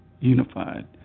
unified